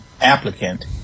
applicant